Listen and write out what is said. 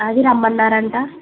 అది రమాన్నరు అంట